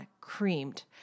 creamed